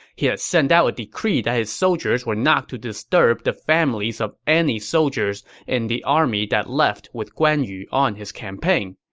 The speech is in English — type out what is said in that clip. he had sent out a decree that his soldiers were not to disturb the families of any soldiers in the army that left with guan yu on his campaign.